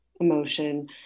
emotion